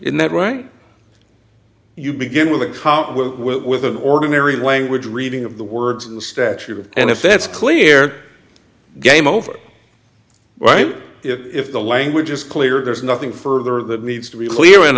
in that right you begin with a car with an ordinary language reading of the words of the stature of and if that's clear game over right if the language is clear there's nothing further that needs to be clear and